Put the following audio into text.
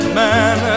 man